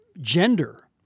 gender